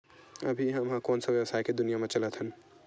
अभी हम ह कोन सा व्यवसाय के दुनिया म चलत हन?